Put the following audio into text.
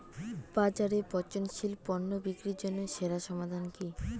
বাজারে পচনশীল পণ্য বিক্রির জন্য সেরা সমাধান কি?